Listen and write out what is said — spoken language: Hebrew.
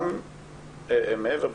גם מעבר,